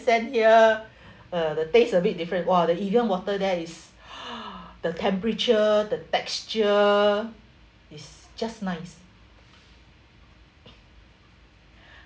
send here uh the taste a bit different !wah! the Evian water there is the temperature the texture is just nice